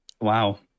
wow